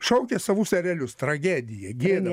šaukė savus erelius tragedija gėda